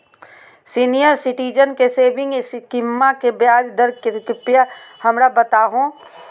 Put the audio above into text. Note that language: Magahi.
सीनियर सिटीजन के सेविंग स्कीमवा के ब्याज दर कृपया हमरा बताहो